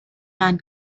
man